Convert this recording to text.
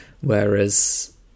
whereas